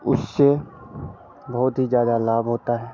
उससे बहुत ही ज़्यादा लाभ होता है